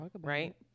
Right